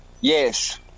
Yes